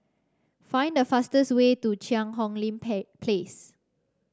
find the fastest way to Cheang Hong Lim Place